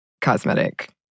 cosmetic